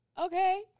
Okay